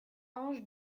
ange